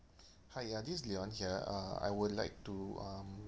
hi ya this is leon here uh I would like to um